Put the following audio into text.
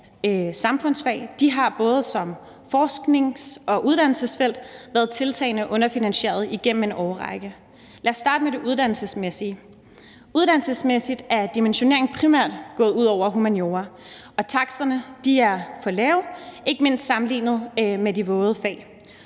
samfundsfag har både som forsknings- og uddannelsesfelter været tiltagende underfinansierede igennem en årrække. Lad os starte med det uddannelsesmæssige: Uddannelsesmæssigt er dimensioneringen primært gået ud over humaniora, og taksterne er for lave, ikke mindst sammenlignet med de våde fag.